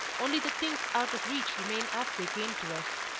only the things out of reach remain as they came to us.